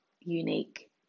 unique